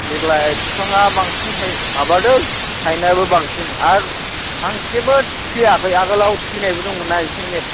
देग्लाइ फिफाङा बांसिन थाइ माबादों थाइनायाबो बांसिन आर फांसेबो थैयाखै आगोलाव थैनायबो दंमोनना इसे एनै